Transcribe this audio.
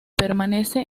permanece